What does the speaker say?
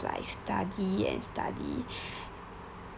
like study and study